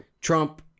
Trump